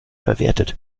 verwertet